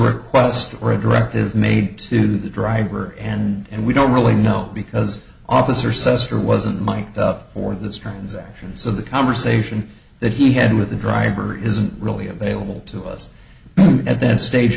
request right directive made to the driver and we don't really know because officer sister wasn't miked up for this transaction so the conversation that he had with the driver isn't really available to us at this stage